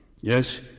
Yes